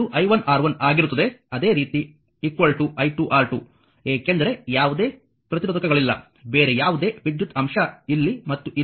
ಆದ್ದರಿಂದ v i1 R1 ಆಗಿರುತ್ತದೆ ಅದೇ ರೀತಿ i2 R2 ಏಕೆಂದರೆ ಯಾವುದೇ ಪ್ರತಿರೋಧಕಗಳಿಲ್ಲ ಬೇರೆ ಯಾವುದೇ ವಿದ್ಯುತ್ ಅಂಶವು ಇಲ್ಲಿ ಮತ್ತು ಇಲ್ಲಿ ಇಲ್ಲ